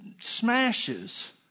smashes